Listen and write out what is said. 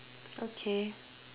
okay